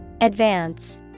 Advance